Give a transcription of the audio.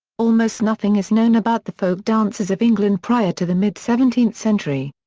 almost nothing is known about the folk dances of england prior to the mid seventeenth century.